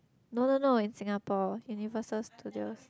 no no no in Singapore Universal-Studios